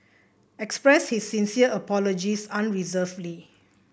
expressed his sincere apologies unreservedly